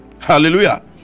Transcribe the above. hallelujah